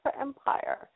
Empire